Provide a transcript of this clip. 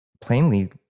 plainly